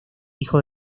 hijo